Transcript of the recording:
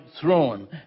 throne